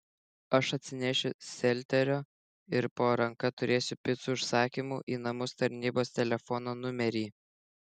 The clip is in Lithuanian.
aš atsinešiu selterio ir po ranka turėsiu picų užsakymų į namus tarnybos telefono numerį